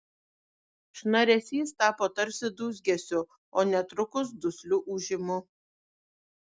šnaresys tapo tarsi dūzgesiu o netrukus dusliu ūžimu